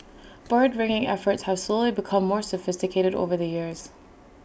bird ringing efforts have slowly become more sophisticated over the years